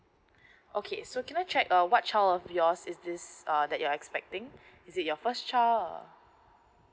okay so can I check uh what child of yours is this a that you're expecting is it your first child err